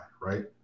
Right